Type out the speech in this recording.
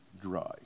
dry